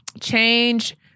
change